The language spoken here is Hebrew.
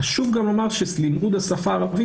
חשוב גם לומר שאסור שלימוד השפה הערבית